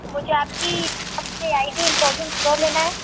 मुझे आपकी I D important pro लेना है